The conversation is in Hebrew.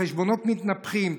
החשבונות מתנפחים,